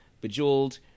bejeweled